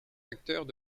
acteurs